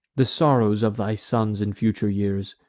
the sorrows of thy sons in future years.